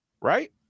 right